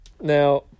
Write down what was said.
Now